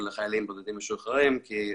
דווקא למה שיעל ונועם דיברו עליו לפני כן,